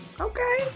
okay